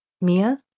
Mia